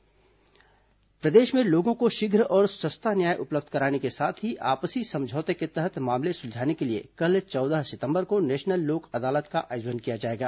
national Lok Adalat प्रदेश में लोगों को शीघ्र और सस्ता न्याय उपलब्ध कराने के साथ ही आपसी समझौते के तहत मामले सुलझाने के लिए कल चौदह सिंतबर को नेशनल लोक अदालत का आयोजन किया जाएगा